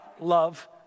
love